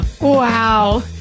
Wow